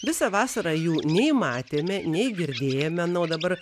visą vasarą jų nei matėme nei biržėje manau dabar